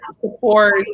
support